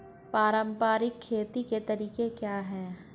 पारंपरिक खेती के तरीके क्या हैं?